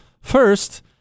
First